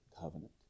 covenant